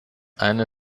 eine